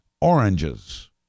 oranges